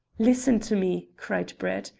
listen to me, cried brett.